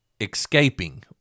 escaping